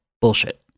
bullshit